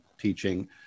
teaching